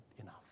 enough